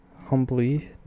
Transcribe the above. humbly